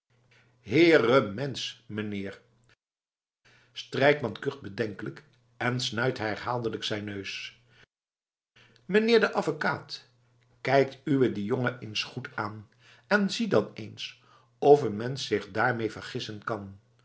heerem ensch meneer strijkman kucht bedenkelijk en snuit herhaaldelijk zijn neus meneer de avekaat kijkt uwé dien jongen eens goed aan en zie dan eens of een mensch zich daarmee vergissen kan